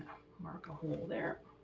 mark a hole there.